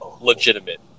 legitimate